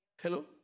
Hello